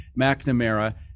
McNamara